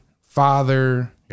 father